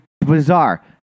bizarre